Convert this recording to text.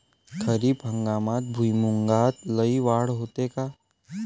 खरीप हंगामात भुईमूगात लई वाढ होते का?